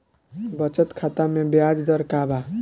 बचत खाता मे ब्याज दर का बा?